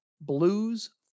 blues